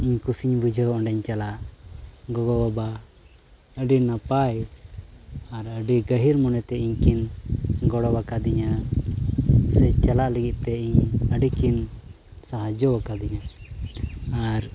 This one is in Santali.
ᱤᱧ ᱠᱩᱥᱤᱧ ᱵᱩᱡᱷᱟᱹᱣᱟ ᱚᱸᱰᱮᱧ ᱪᱟᱞᱟᱜᱼᱟ ᱜᱚᱜᱚ ᱵᱟᱵᱟ ᱟᱹᱰᱤ ᱱᱟᱯᱟᱭ ᱟᱨ ᱟᱹᱰᱤ ᱜᱟᱹᱦᱤᱨ ᱢᱚᱱᱮᱛᱮ ᱤᱧ ᱠᱤᱱ ᱜᱚᱲᱚ ᱠᱟᱹᱣᱫᱤᱧᱟ ᱥᱮ ᱪᱟᱞᱟᱜ ᱞᱟᱹᱜᱤᱫ ᱛᱮ ᱤᱧ ᱟᱹᱰᱤ ᱠᱤᱱ ᱥᱟᱦᱟᱡᱡᱚ ᱟᱠᱟᱫᱤᱧᱟ ᱟᱨ